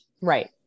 Right